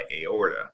aorta